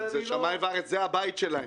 אבל זה שמים וארץ, זה הבית שלהם.